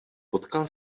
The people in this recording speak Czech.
potkal